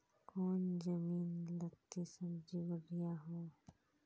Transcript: कौन जमीन लत्ती सब्जी बढ़िया हों?